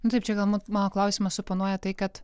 taip čia galbūt mano klausimas suponuoja tai kad